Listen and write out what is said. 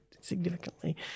significantly